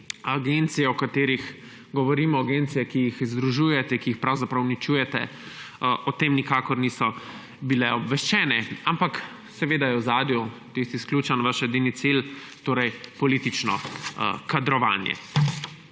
Agencije, o katerih govorimo, agencije, ki jih združujete, ki jih pravzaprav uničujete, o tem nikakor niso bile obveščene. Ampak seveda je v ozadju tisti izključni, vaš edini cilj – politično kadrovanje!